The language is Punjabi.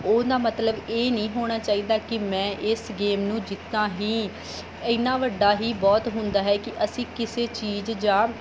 ਉਹਦਾ ਮਤਲਬ ਇਹ ਨਹੀਂ ਹੋਣਾ ਚਾਹੀਦਾ ਕਿ ਮੈਂ ਇਸ ਗੇਮ ਨੂੰ ਜਿੱਤਾਂ ਹੀ ਇੰਨਾਂ ਵੱਡਾ ਹੀ ਬਹੁਤ ਹੁੰਦਾ ਹੈ ਕਿ ਅਸੀਂ ਕਿਸੇ ਚੀਜ਼ ਜਾਂ